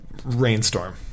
Rainstorm